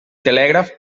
telègraf